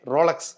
Rolex